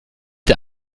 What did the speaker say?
der